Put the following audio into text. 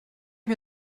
mir